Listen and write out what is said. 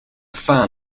fan